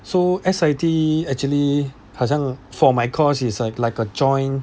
so S_I_T actually 好像 for my course it's like a joint